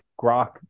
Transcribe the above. grok